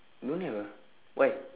no have ah why